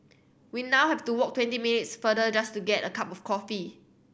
we now have to walk twenty minutes farther just to get a cup of coffee